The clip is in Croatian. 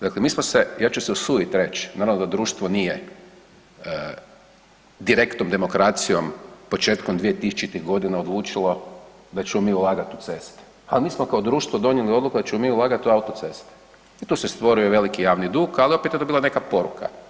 Dakle mi smo se, ja ću se usudit reći, naravno da društvo nije direktnom demokracijom početkom 2000-ih odlučilo da ćemo mi ulagat u ceste, a mi smo kao društvo donijeli odluku da ćemo mi ulagati u autoceste i tu se stvorio veliki javni dug ali opet je to bila neka poruka.